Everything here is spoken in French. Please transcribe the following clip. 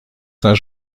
saint